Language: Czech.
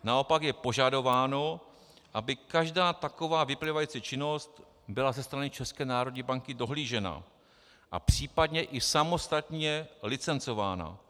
Naopak je požadováno, aby každá taková vyplývající činnost byla ze strany České národní banky dohlížena a případně i samostatně licencována.